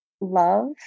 love